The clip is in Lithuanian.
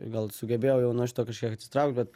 gal sugebėjau jau nuo šito kažkiek atsitraukt bet